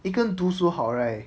一个读书好 right